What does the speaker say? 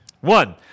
One